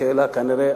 השאלה כנראה,